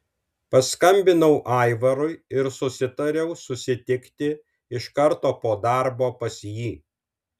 paskambinau aivarui ir susitariau susitikti iš karto po darbo pas jį